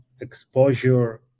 exposure